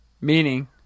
Meaning